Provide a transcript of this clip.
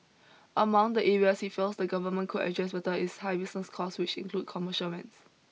among the areas he feels the government could address better is high business costs which include commercial rents